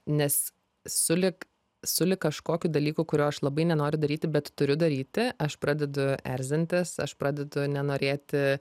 nes sulig sulig kažkokiu dalyku kurio aš labai nenoriu daryti bet turiu daryti aš pradedu erzintis aš pradedu nenorėti